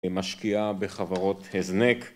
משקיעה בחברות הזנק